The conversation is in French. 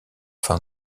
fin